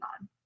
on